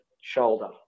shoulder